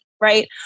right